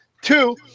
Two